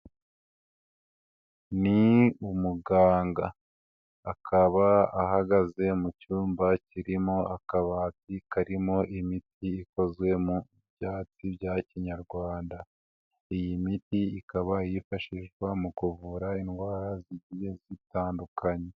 Ni umuganga, akaba ahagaze mu cyumba kirimo akabati karimo imiti ikozwe mu byatsi bya kinyarwanda, iyi miti ikaba yifashishwa mu kuvura indwara zitandukanye.